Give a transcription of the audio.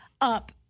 up